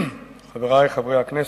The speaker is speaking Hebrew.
חברי חברי הכנסת,